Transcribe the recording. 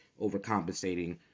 overcompensating